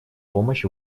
помощь